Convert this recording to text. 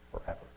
forever